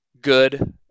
good